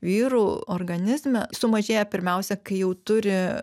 vyrų organizme sumažėja pirmiausia kai jau turi